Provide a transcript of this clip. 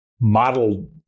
model